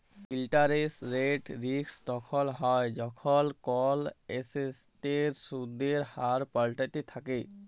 interest rate risk তখল হ্যয় যখল কল এসেটের সুদের হার পাল্টাইতে থ্যাকে